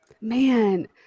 Man